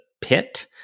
pit